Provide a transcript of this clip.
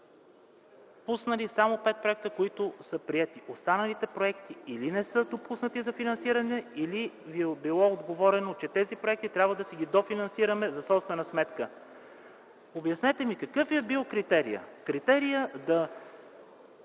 пуснали само 5 проекта, които са приети. Останалите проекти или не са допуснати за финансиране, или ви е било отговорено, че тези проекти трябва да си ги дофинансираме за собствена сметка. Обяснете ми какъв е бил критерият да